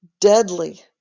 deadly